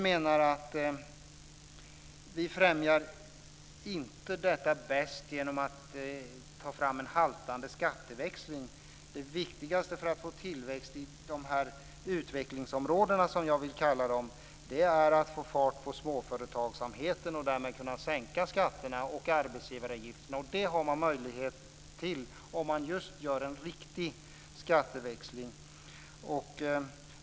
Men vi främjar inte detta bäst genom att ta fram en haltande skatteväxling. Det viktigaste för att få tillväxt i dessa utvecklingsområden, som jag vill kalla dem, är att få fart på småföretagsamheten för att därmed kunna sänka skatterna och arbetsgivaravgifterna. Och det har man möjlighet till om man gör en riktig skatteväxling.